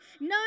No